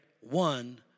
one